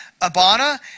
Abana